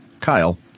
Kyle